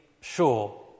sure